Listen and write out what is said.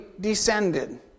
descended